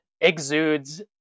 exudes